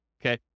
Okay